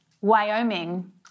Wyoming